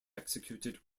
executed